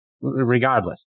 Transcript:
regardless